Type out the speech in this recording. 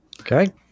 Okay